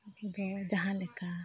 ᱤᱧᱫᱚ ᱡᱟᱦᱟᱸ ᱞᱮᱠᱟ